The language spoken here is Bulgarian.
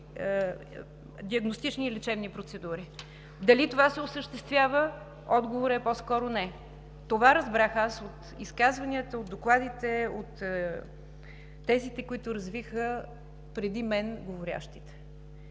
диагностични лечебни процедури. Дали това се осъществява – отговорът е по-скоро не. Това разбрах аз от изказванията, от докладите, от тезите, които развиха преди мен говорещите.